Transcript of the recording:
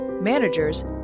managers